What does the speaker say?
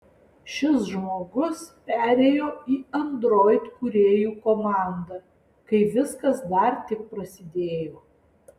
šis žmogus perėjo į android kūrėjų komandą kai viskas dar tik prasidėjo